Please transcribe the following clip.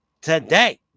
today